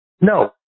No